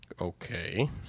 Okay